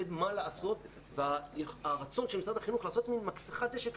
מה לעשות והרצון של משרד החינוך לעשות מין מכסחת דשא כזאת,